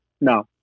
No